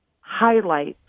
highlights